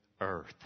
earth